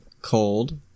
cold